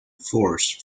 force